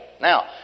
Now